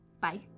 Bye